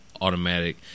automatic